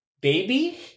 baby